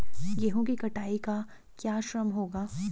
गेहूँ की कटाई का क्या श्रम होगा?